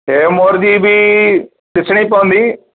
हेवमोर जी बि ॾिसणी पवंदी